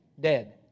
Dead